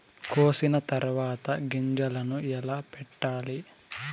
కోసిన తర్వాత గింజలను ఎలా పెట్టాలి